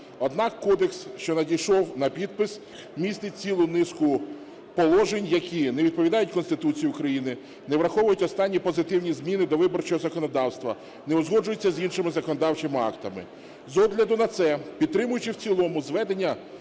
Однак кодекс, що надійшов на підпис, містить цілу низку положень, які не відповідають Конституції України, не враховують останні позитивні зміни до виборчого законодавства, не узгоджуються з іншими законодавчими актами. З огляду на це, підтримуючи в цілому зведення